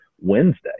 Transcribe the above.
Wednesday